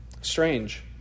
strange